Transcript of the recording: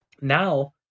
Now